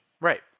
Right